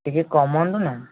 ଟିକେ କମାନ୍ତୁ ନା